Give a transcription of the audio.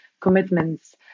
commitments